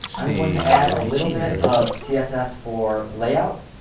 i'm going to add a little bit of css for layout,